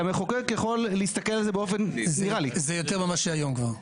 זה יותר ממה שיש היום כבר.